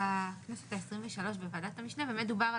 בכנסת ה-23 בוועדת המשנה באמת דובר על